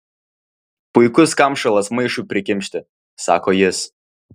puikus kamšalas maišui prikimšti sako jis